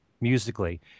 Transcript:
musically